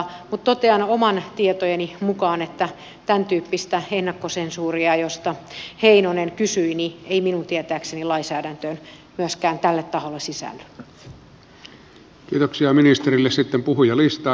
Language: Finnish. mutta totean omien tietojeni mukaan että tämäntyyppistä ennakkosensuuria josta heinonen kysyi ei minun tietääkseni lainsäädäntöön myöskään tällä taholla sisälly